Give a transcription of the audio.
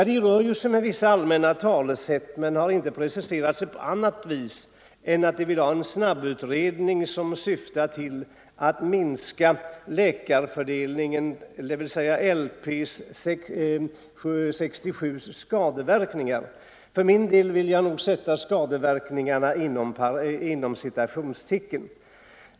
De rör sig med vissa allmänna talesätt men har inte preciserat sig på annat vis än att de vill ha en snabbutredning som syftar till att minska läkarfördelningsprogrammets ”skadeverkningar” — för min del vill jag nog sätta skadeverkningarna inom citationstecken.